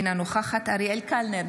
אינה נוכחת אריאל קלנר,